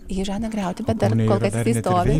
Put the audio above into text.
jį žada griauti bet dar kol kas jisai stovi